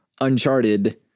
uncharted